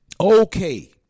okay